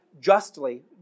justly